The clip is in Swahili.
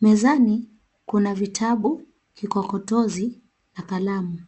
Mezani kuna vitabu, kikokotozi na kalamu.